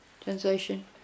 Translation